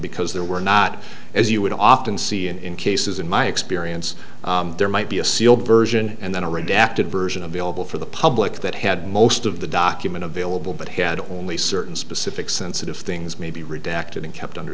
because there were not as you would often see in cases in my experience there might be a sealed version and then a redacted version available for the public that had most of the document available but had only certain specific sensitive things may be redacted and kept under